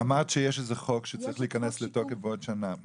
אמרת שיש חוק שצריך להיכנס לתוקף בעוד שנה.